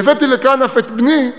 והבאתי לכאן אף את בני,